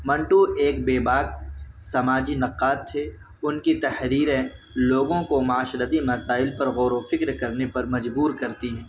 منٹو ایک بے باک سماجی نقاد تھے ان کی تحریریں لوگوں کو معاشرتی مسائل پر غور و فکر کرنے پر مجبور کرتی ہیں